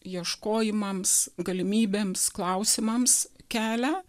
ieškojimams galimybėms klausimams kelią